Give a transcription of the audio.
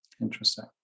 Interesting